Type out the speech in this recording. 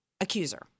accuser